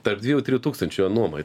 tarp dviejų trijų tūkstančių jo nuomai